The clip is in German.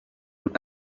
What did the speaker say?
mit